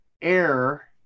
Air